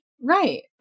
Right